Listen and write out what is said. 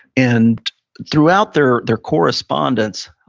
and throughout their their correspondence,